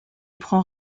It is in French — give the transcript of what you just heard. prend